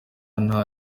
nta